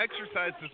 exercises